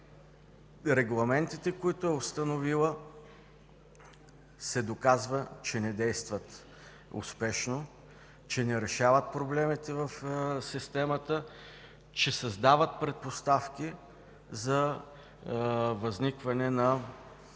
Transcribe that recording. регламентите, които е установила, се доказва, че не действат успешно, че не решават проблемите в системата, че създават предпоставки за възникване на